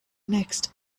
next